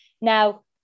Now